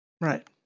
Right